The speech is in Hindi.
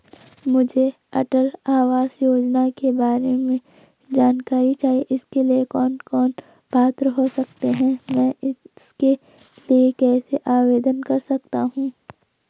मुझे अटल आवास योजना के बारे में जानकारी चाहिए इसके लिए कौन कौन पात्र हो सकते हैं मैं इसके लिए कैसे आवेदन कर सकता हूँ?